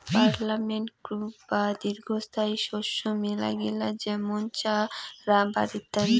permanent crop বা দীর্ঘস্থায়ী শস্য মেলাগিলা যেমন চা, রাবার ইত্যাদি